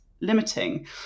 limiting